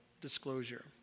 disclosure